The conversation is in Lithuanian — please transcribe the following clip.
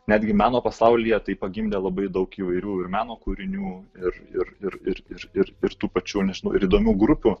netgi meno pasaulyje tai pagimdė labai daug įvairių ir meno kūrinių ir ir ir ir ir ir ir tų pačių nežinau ir įdomių grupių